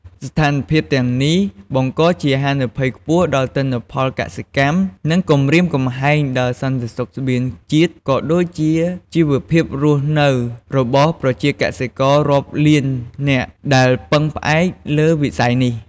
ស្ថានភាពទាំងនេះបង្កជាហានិភ័យខ្ពស់ដល់ទិន្នផលកសិកម្ម និងគំរាមកំហែងដល់សន្តិសុខស្បៀងជាតិ ក៏ដូចជាជីវភាពរស់នៅរបស់ប្រជាកសិកររាប់លាននាក់ដែលពឹងផ្អែកលើវិស័យនេះ។